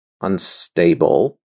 unstable